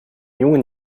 jungen